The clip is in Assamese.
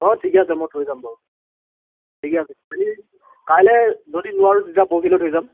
অঁ ঠিকে আছে মই থৈ যাম বাৰু ঠিক আছে হেৰি কাইলৈ যদি নোৱাৰো তেতিয়া পৰহিলৈ থৈ যাম